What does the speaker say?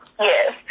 Yes